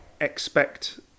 expect